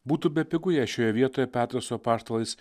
būtų bepigu jei šioje vietoje petras su apaštalais